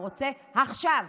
הוא רוצה עכשיו.